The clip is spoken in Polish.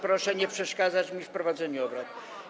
Proszę mi nie przeszkadzać w prowadzeniu obrad.